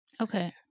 okay